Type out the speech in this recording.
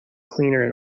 cleaner